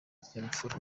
n’ikinyabupfura